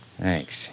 Thanks